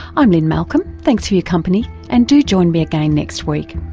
i'm lynne malcolm thanks for your company and do join me again next week